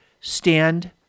stand